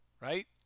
right